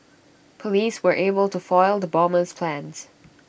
Police were able to foil the bomber's plans